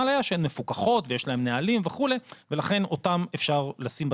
מפוקחות ויש להן נהלים ולכן אפשר לשים אותן